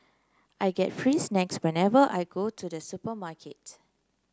I get free snacks whenever I go to the supermarket